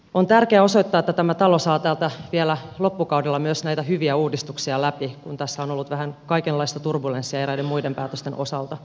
on tärkeää osoittaa että tämä talo saa vielä loppukaudella myös näitä hyviä uudistuksia läpi kun tässä on ollut vähän kaikenlaista turbulenssia eräiden muiden päätösten osalta